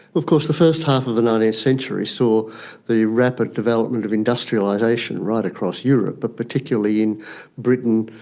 of course the first half of the nineteenth century saw the rapid development of industrialisation right across europe, but particularly in britain,